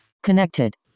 Connected